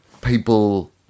people